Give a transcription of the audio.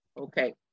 Okay